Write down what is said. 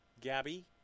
Gabby